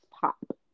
pop